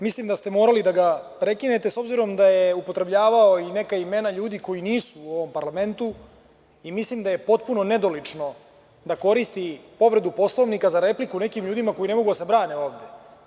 Mislim da ste morali da ga prekinete, s obzirom da je upotrebljavao i neka imena ljudi koji nisu u ovom parlamentu i mislim da je potpuno nedolično da koristi povredu Poslovnika za repliku nekim ljudima koji ne mogu da se brane ovde.